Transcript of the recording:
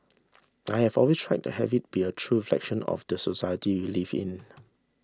I have always tried to have it be a true reflection of the society we live in